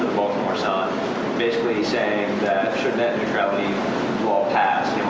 sun basically saying that should net neutrality law pass,